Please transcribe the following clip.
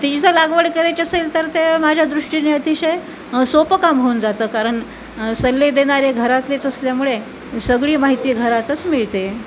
ती जर लागवड करायची असेल तर ते माझ्या दृष्टीने अतिशय सोपं काम होऊन जातं कारण सल्ले देणारे घरातलेच असल्यामुळे सगळी माहिती घरातच मिळते